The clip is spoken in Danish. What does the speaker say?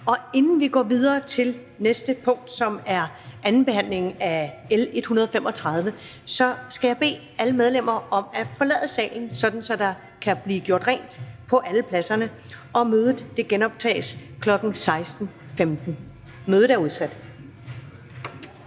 Inden vi går videre til næste punkt, som er andenbehandlingen af L 135, skal jeg bede alle medlemmer om at forlade salen, så der kan blive gjort rent på alle pladserne. Mødet genoptages kl. 16.15. Mødet er udsat.